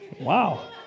Wow